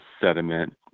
sediment